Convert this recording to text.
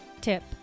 tip